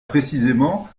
précisément